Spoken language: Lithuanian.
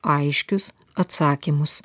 aiškius atsakymus